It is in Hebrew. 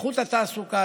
לאיכות התעסוקה,